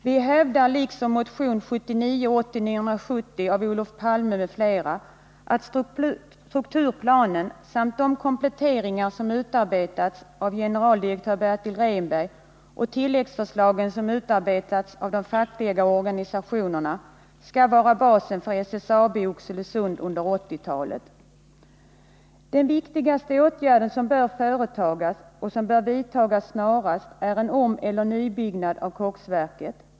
Vi hävdar, som man också gör i motion 1979/80:970 av Olof Palme m.fl., att strukturplanen samt de kompletteringar som utarbetats av generaldirektör Bertil Rehnberg och tilläggsförslagen som utarbetats av de fackliga organisationerna skall vara basen för SSAB i Oxelösund på 1980-talet. Den viktigaste åtgärden som bör företas och som bör vidtas snarast är en omeller nybyggnad av koksverket.